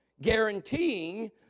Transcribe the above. guaranteeing